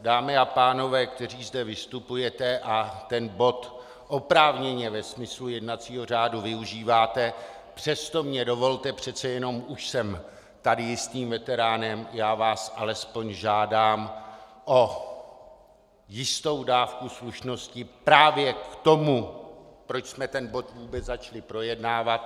Dámy a pánové, kteří zde vystupujete a ten bod oprávněně ve smyslu jednacího řádu využíváte, přesto mně dovolte, přece jenom už jsem tady jistým veteránem, já vás alespoň žádám o jistou dávku slušnosti právě k tomu, proč jsme ten bod vůbec začali projednávat.